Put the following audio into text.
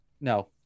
No